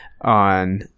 on –